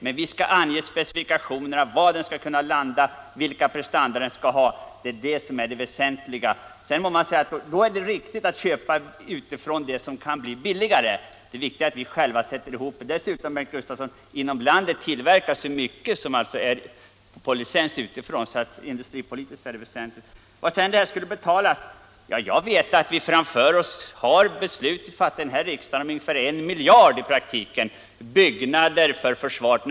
men vi skall ange i specifikationerna var planet skall kunna landa och vilka prestanda det skall ha. Det är det väsentliga. Då kan man säga att det är riktigt att köpa komponenter som är billigare utifrån. Det är viktigast att vi själva sätter ihop det. Dessutom, Bengt Gustavsson, tillverkas mycket inom landet på licens. Var pengarna skall tas att betala detta är en fråga. Jag vet att riksdagen uttalat sig för byggnader på ungefär 1 miljard kronor de närmaste åren.